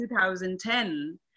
2010